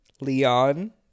Leon